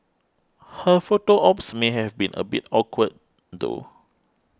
her photo ops may have been a bit awkward though